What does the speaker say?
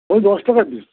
ওই দশ টাকা কি